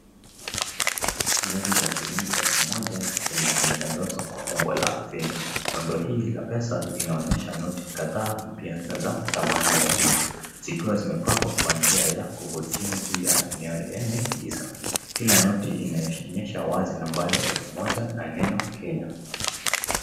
Noti za shilingi elfu moja za Kenya zimetandazwa kwa umbo la feni, rundo hii la pesa linaonyesha noti kadhaa mpya na za dhamani ya juu, zikiwa zimepangwa kwa njia ya kuvutia juu ya eneo lenye giza, kila noti inaonyesha wazi nambari elfu moja na neno Kenya.